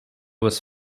was